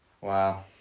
Wow